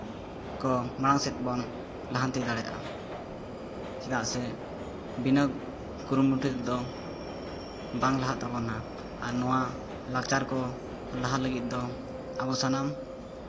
ᱠᱚ ᱢᱟᱲᱟᱝ ᱥᱮᱫ ᱵᱚᱱ ᱞᱟᱦᱟᱱᱛᱤ ᱫᱟᱲᱮᱭᱟᱜᱼᱟ ᱪᱮᱫᱟᱜ ᱥᱮ ᱵᱤᱱᱟᱹ ᱠᱩᱨᱩᱢᱩᱴᱩ ᱛᱮᱫᱚ ᱵᱟᱝ ᱞᱟᱦᱟᱜ ᱛᱟᱵᱚᱱᱟ ᱟᱨ ᱱᱚᱣᱟ ᱞᱟᱠᱪᱟᱨ ᱠᱚ ᱞᱟᱦᱟ ᱞᱟᱹᱜᱤᱫ ᱫᱚ ᱟᱵᱚ ᱥᱟᱱᱟᱢ